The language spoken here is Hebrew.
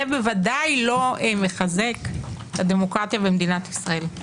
זה בוודאי לא מחזק את הדמוקרטיה במדינת ישראל.